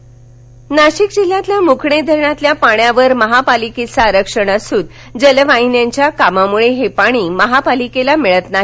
जायकवाडी स्थगिती नाशिक जिल्ह्यातील मुकणे धरणातील पाण्यावर महापालिकेचं आरक्षण असून जलवाहिन्यांच्या कामामुळे हे पाणी महापालिकेला मिळत नाही